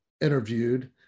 interviewed